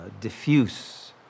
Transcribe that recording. diffuse